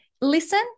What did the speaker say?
listen